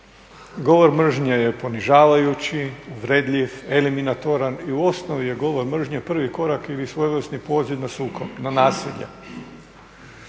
Govor mržnje je ponižavajući, uvredljiv, eliminatoran i u osnovi je govor mržnje prvi korak ili svojevrsni poziv na sukob, na nasilje.